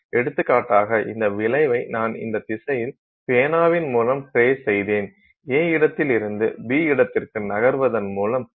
எடுத்துக்காட்டாக இந்த விளைவை நான் இந்த திசையில் பேனாவின் மூலம் ட்ரேஸ் செய்தேன் A இடத்திலிருந்து B இடத்திற்கு நகர்த்துவதன் மூலம் மிகப் பெரிய வளைவைப் பெறலாம்